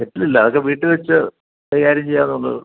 കെറ്റിലില്ല അതൊക്കെ വീട്ടിൽ വച്ച് കൈകാര്യം ചെയ്യാമെന്നുള്ളത്